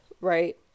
Right